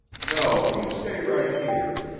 no, you stay right here.